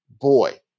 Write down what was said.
boy